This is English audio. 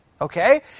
Okay